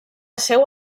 seu